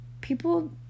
people